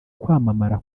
kwamamara